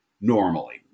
normally